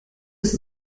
ist